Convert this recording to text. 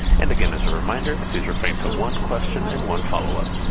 and again as a reminder, please refrain to one question and one follow up.